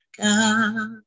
God